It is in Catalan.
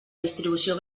distribució